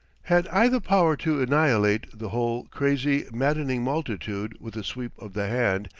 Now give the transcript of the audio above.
had i the power to annihilate the whole crazy, maddening multitude with a sweep of the hand,